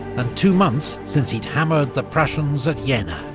and two months since he'd hammered the prussians at yeah jena.